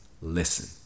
listen